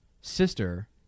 sister